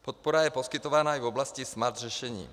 Podpora je poskytována i v oblasti smart řešení.